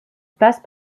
passe